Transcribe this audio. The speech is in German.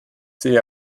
sehe